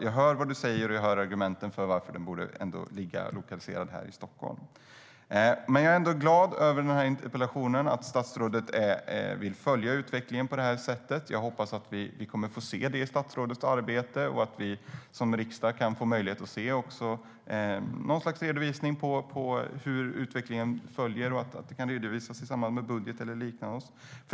Jag hör vad du säger, och jag hör argumenten för varför den ändå borde ligga lokaliserad här i Stockholm. Jag är ändå glad över interpellationsdebatten och att statsrådet vill följa utvecklingen. Jag hoppas att vi kommer att få se det i statsrådets arbete och att vi som riksdag kan få möjlighet att se något slags redovisning av hur utvecklingen går. Det kan redovisas i samband med budget eller liknande.